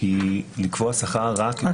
היא לקבוע שכר היא רק